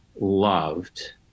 loved